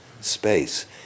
space